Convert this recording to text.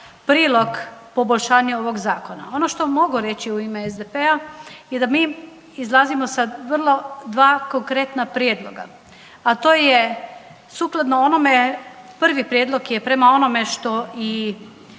prilog poboljšanje ovog zakona. Ono što mogu reći u ime SDP-a je da mi izlazimo sa vrlo dva konkretna prijedloga, a to je sukladno onome prvi prijedlog je prema onome što i